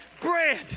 bread